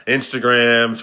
Instagram